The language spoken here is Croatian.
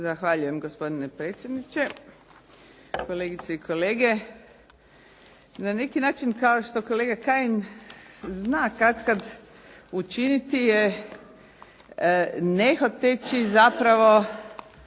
Zahvaljujem, gospodine predsjedniče. Kolegice i kolege. Na neki način, kao što kolega Kajin zna katkad učiniti je nehoteči zapravo